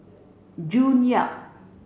June Yap